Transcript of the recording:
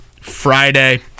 Friday